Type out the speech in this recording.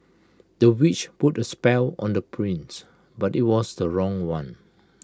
the witch put A spell on the prince but IT was the wrong one